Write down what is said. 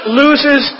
loses